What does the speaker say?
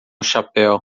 chapéu